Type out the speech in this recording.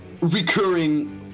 recurring